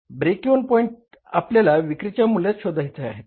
break even point आपल्याला विक्रीच्या मूल्यात शोधायचा आहे